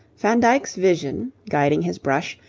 van dyck's vision, guiding his brush,